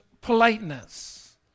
politeness